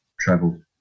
travel